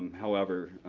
however,